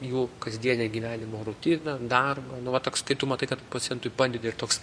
jų kasdienę gyvenimo rutiną darbą nu vat toks kai tu matai kad pacientui padedi ir toks